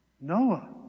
Noah